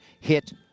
hit